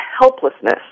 helplessness